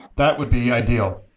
that would be ideal.